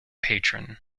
patron